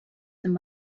some